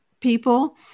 people